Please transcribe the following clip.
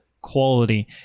quality